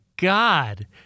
God